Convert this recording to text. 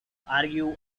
argue